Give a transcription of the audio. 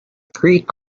greek